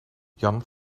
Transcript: jan